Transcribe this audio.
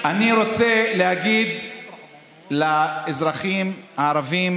אני רוצה להגיד לאזרחים הערבים